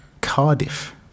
Cardiff